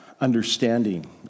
understanding